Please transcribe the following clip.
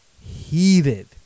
heated